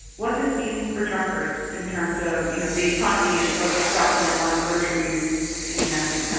what this means for truckers in terms of, you know, the economy and folks stocking up on groceries and,